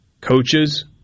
Coaches